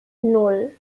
nan